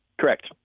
Correct